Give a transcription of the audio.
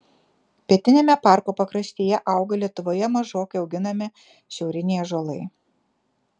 pietiniame parko pakraštyje auga lietuvoje mažokai auginami šiauriniai ąžuolai